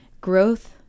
Growth